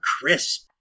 crisp